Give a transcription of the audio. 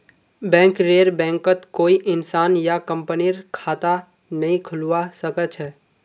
बैंकरेर बैंकत कोई इंसान या कंपनीर खता नइ खुलवा स ख छ